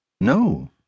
No